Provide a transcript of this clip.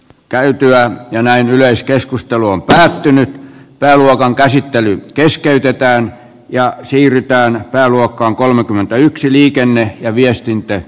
käytyään ja näin yleiskeskustelu on päättynyt pääluokan käsittely keskeytetään ja siirrytään pääluokka kolmekymmentäyksiliikkeemme ja viestintää